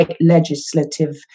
legislative